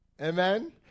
Amen